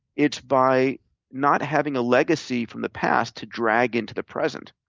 it's by not having a legacy from the past to drag into the present.